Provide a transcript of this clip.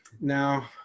Now